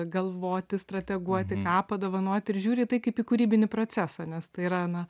galvoti strateguoti ką padovanoti ir žiūri į tai kaip į kūrybinį procesą nes tai yra na